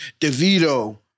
DeVito